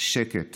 // שקט